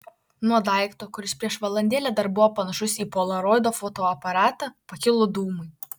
nuo daikto kuris prieš valandėlę dar buvo panašus į polaroido fotoaparatą pakilo dūmai